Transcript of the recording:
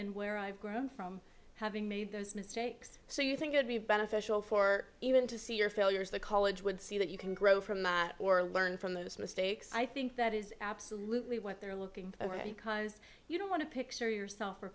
and where i've grown from having made those mistakes so you think it would be beneficial for even to see your failures the college would see that you can grow from that or learn from those mistakes i think that is absolutely what they're looking over you because you don't want to picture yourself or